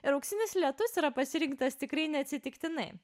ir auksinis lietus yra pasirinktas tikrai neatsitiktinai